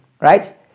right